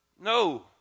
no